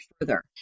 further